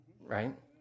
right